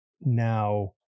now